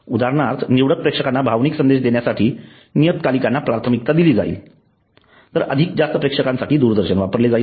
उदाहरणार्थ निवडक प्रेक्षकांना भावनिक संदेश देण्यासाठी नियतकालिकांना प्राथमिकता दिली जाईल तर अधिक जास्त प्रेक्षकांसाठी दूरदर्शन वापरले जाईल